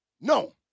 no